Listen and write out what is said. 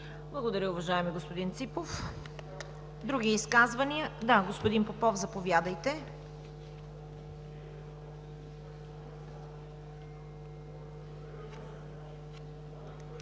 Благодаря, уважаеми господин Ципов. Други изказвания? Господин Попов, заповядайте.